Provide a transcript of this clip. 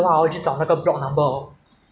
好就去送给 customer 讲 thank you